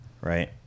right